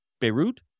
Beirut